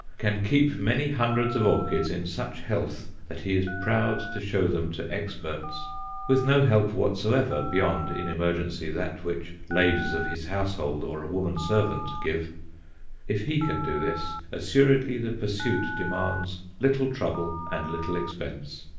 can keep many hundreds of orchids in such health that he is proud to show them to experts with no help whatsoever beyond, in emergency, that which ladies of his household, or a woman-servant give if he can do this, assuredly the pursuit demands little trouble and little expense.